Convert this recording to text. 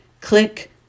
click